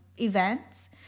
events